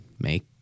make